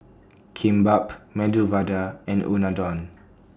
Kimbap Medu Vada and Unadon